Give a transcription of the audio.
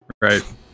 Right